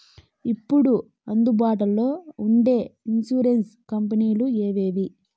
ఇప్పుడు అందుబాటులో ఉండే ఇన్సూరెన్సు కంపెనీలు ఏమేమి?